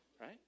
right